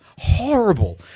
horrible